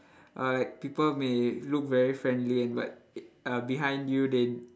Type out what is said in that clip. uh like people may look very friendly and but behind you they